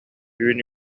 түүн